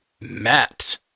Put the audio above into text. Matt